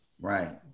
Right